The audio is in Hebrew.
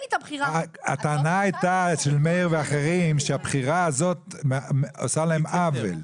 הטענה של מאיר ואחרים הייתה שהבחירה הזאת עושה להם עוול,